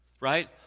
right